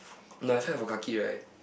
no I felt for kaki right